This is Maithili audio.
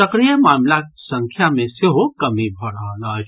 सक्रिय मामिलाक संख्या मे सेहो कमी भऽ रहल अछि